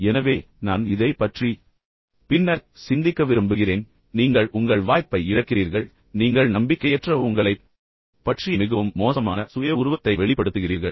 எனவே நான் இதைப் பற்றி பின்னர் சிந்திக்க விரும்புகிறேன் இப்போது நீங்கள் உங்கள் வாய்ப்பை இழக்கிறீர்கள் நீங்கள் நம்பிக்கையற்ற உங்களைப் பற்றிய மிகவும் மோசமான சுய உருவத்தை வெளிப்படுத்துகிறீர்கள்